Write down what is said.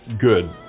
good